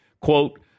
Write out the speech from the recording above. quote